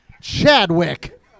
Chadwick